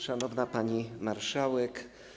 Szanowna Pani Marszałek!